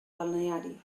balneari